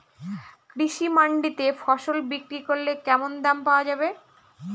কৃষি মান্ডিতে ফসল বিক্রি করলে কেমন দাম পাওয়া যাবে?